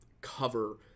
cover